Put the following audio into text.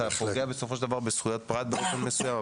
אתה פוגע בסופו של דבר בזכויות פרט באופן מסוים,